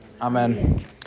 Amen